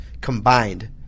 combined